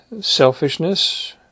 Selfishness